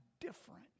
different